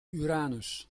uranus